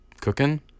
cooking